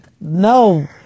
no